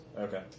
okay